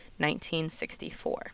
1964